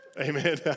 Amen